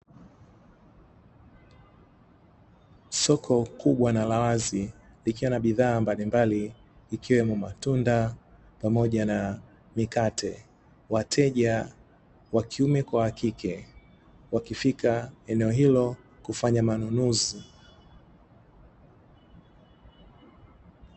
Soko kubwa na la wazi likiwa na bidhaa mbalimbali iliwemo matunda pamoja na mikate, wateja wakiume kwa wakike wakifika eneo hilo kufanya manunuzi.